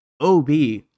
OB